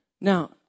Now